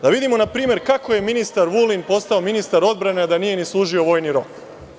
Da vidimo, na primer, kako je ministar Vulin postao ministar odbrane, a da nije ni služio vojni rok?